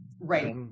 right